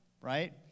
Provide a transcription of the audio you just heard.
right